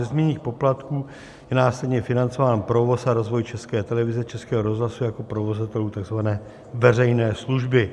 Ze zmíněných poplatků je následně financován provoz a rozvoj České televize a Českého rozhlasu jako provozovatelů takzvané veřejné služby.